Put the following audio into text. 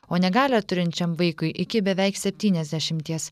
o negalią turinčiam vaikui iki beveik septyniasdešimties